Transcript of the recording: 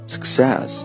success